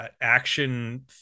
action